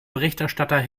berichterstatter